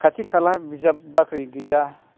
खाथि खाला बिजाब बाख्रि गैया